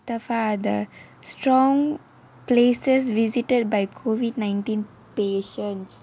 the father the strong places visited by COVID nineteen patients